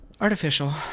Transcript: Artificial